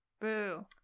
Boo